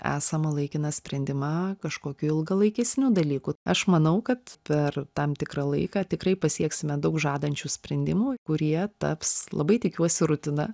esamą laikiną sprendimą kažkokiu ilgalaikesniu dalyku aš manau kad per tam tikrą laiką tikrai pasieksime daug žadančių sprendimų kurie taps labai tikiuosi rutina